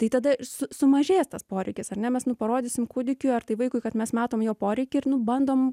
tai tada su sumažėja tas poreikis ar ne mes nu parodysim kūdikiui ar tai vaikui kad mes matom jo poreikį ir nu bandom